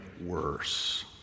worse